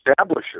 establisher